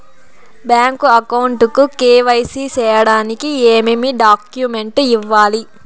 Bank account కు KYC సేయడానికి ఏమేమి డాక్యుమెంట్ ఇవ్వాలి?